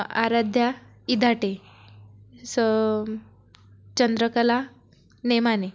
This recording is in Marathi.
आराध्या इधाटे स चंद्रकला नेमाने